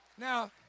Now